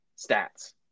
stats